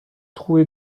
trouvé